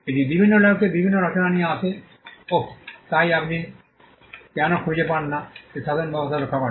এটি বিভিন্ন লেখককে বিভিন্ন রচনা নিয়ে আসে ওহ তাই আপনি কেন খুঁজে পান যে শাসন ব্যবস্থা রক্ষা করে